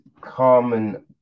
Carmen